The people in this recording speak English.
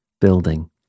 building